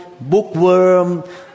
bookworm